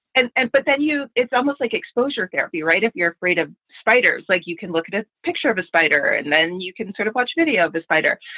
and and but then you it's almost like exposure therapy, right? if you're afraid of spiders, like you can look at a picture of a spider and then you can sort of watch video of the spider,